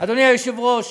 אדוני היושב-ראש,